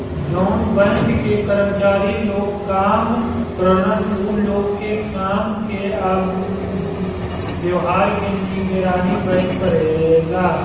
जवन बैंक में कर्मचारी लोग काम करेलन उ लोग के काम के आ व्यवहार के निगरानी बैंक करेला